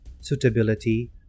suitability